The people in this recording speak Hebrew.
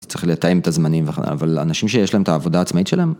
צריך לתאם את הזמנים, אבל לאנשים שיש להם את העבודה העצמאית שלהם.